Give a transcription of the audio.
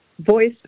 voice